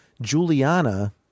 Juliana